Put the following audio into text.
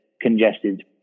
congested